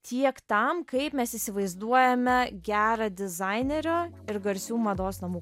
tiek tam kaip mes įsivaizduojame gerą dizainerio ir garsių mados namų